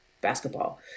basketball